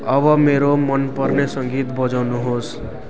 अब मेरो मनपर्ने सङ्गीत बजाउनुहोस्